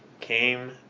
came